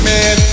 Man